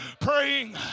Praying